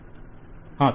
client హ